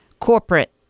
corporate